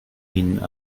minen